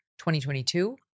2022